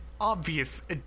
obvious